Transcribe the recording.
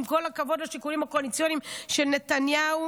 עם כל הכבוד לשיקולים הקואליציוניים של נתניהו,